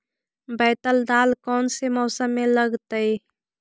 बैतल दाल कौन से मौसम में लगतैई?